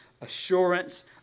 assurance